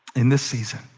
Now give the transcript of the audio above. in this season.